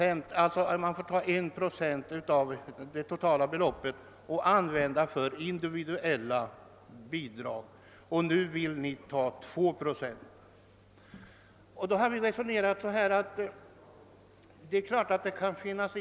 För närvarande får en procent av skördeskademedlen användas för individuella behovsprövade bidrag, och i reservationen yrkas att denna andel höjes till två procent.